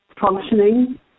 functioning